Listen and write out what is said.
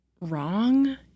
wrong